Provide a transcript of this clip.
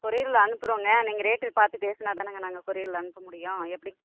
கொரியரில் அனுப்புகிறோங்க நீங்கள் ரேட்டு பார்த்து பேசுனா தானேங்க நாங்கள் கொரியரில் அனுப்ப முடியும் எப்பிடி